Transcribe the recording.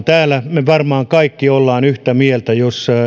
täällä me varmaan kaikki olemme yhtä mieltä jos